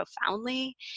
profoundly